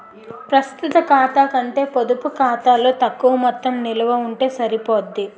ప్రస్తుత ఖాతా కంటే పొడుపు ఖాతాలో తక్కువ మొత్తం నిలవ ఉంటే సరిపోద్ది